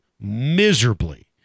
miserably